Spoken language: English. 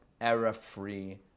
error-free